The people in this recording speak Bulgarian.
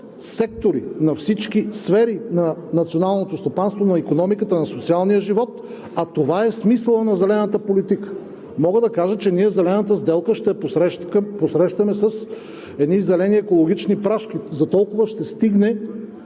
сектори, на всички сфери на националното стопанство, на икономиката, на социалния живот, а това е смисълът на зелената политика. Мога да кажа, че ние Зелената сделка ще я посрещаме с едни зелени екологични прашки – за толкова ще стигне